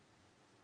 רישוי?